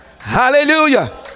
hallelujah